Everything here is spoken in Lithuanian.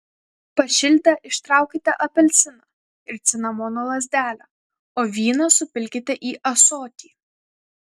pašildę ištraukite apelsiną ir cinamono lazdelę o vyną supilkite į ąsotį